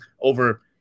over